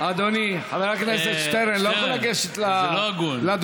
אדוני חבר הכנסת שטרן לא יכול לגשת לדוכן,